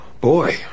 Boy